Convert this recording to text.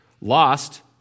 lost